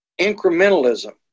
incrementalism